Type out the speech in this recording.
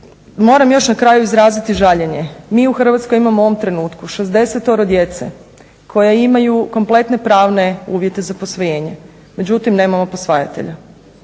moram još na kraju izraziti žaljenje mi u Hrvatskoj imamo u ovom trenutku 60-toro djece koja imaju kompletne pravne uvjete za posvojenje, međutim nemamo posvajatelja.